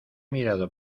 mirado